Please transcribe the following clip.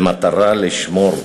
במטרה לשמור,